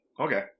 Okay